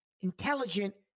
intelligent